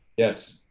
yes,